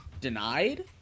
denied